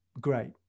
great